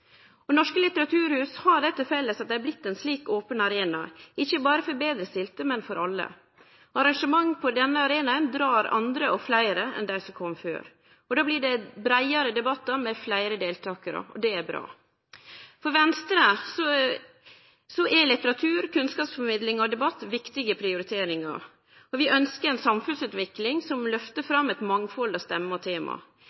debatt. Norske litteraturhus har det til felles at dei har blitt ein slik open arena – ikkje berre for dei betrestilte, men for alle. Arrangement på denne arenaen dreg med seg andre og fleire enn dei som kom før. Då blir det breiare debattar med fleire deltakarar – og det er bra. For Venstre er litteratur, kunnskapsformidling og debatt viktige prioriteringar. Vi ønskjer ei samfunnsutvikling som